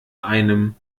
einem